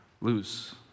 lose